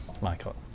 Michael